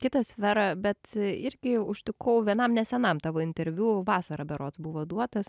kitą sferą bet irgi užtikau vienam nesenam tavo interviu vasarą berods buvo duotas